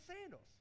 sandals